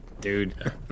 dude